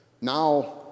Now